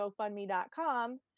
GoFundMe.com